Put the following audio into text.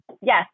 Yes